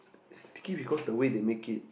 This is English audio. it's sticky because the way they make it